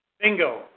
Bingo